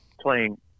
playing